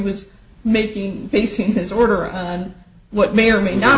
was making basing this order on what may or may not